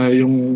yung